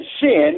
sin